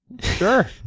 Sure